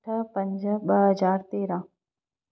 अठ पंज ॿ हज़ार तेरहं